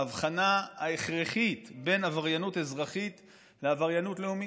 ההבחנה ההכרחית בין עבריינות אזרחית לעבריינות לאומית.